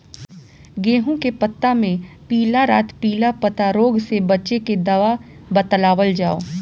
गेहूँ के पता मे पिला रातपिला पतारोग से बचें के दवा बतावल जाव?